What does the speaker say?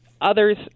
others